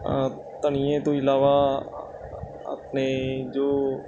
ਧਨੀਏ ਤੋਂ ਇਲਾਵਾ ਆਪਣੇ ਜੋ